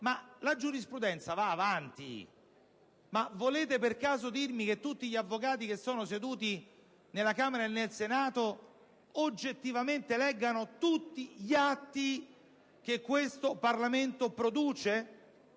La giurisprudenza va avanti. Volete per caso dirmi che tutti gli avvocati che sono seduti nella Camera e nel Senato, oggettivamente, leggano tutti gli atti che questo Parlamento produce?